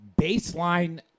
baseline